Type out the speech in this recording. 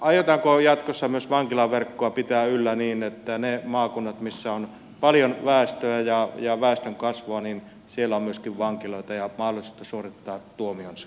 aiotaanko jatkossa myös vankilaverkkoa pitää yllä niin että niissä maakunnissa missä on paljon väestöä ja väestönkasvua on myöskin vankiloita ja mahdollisuus suorittaa tuomionsa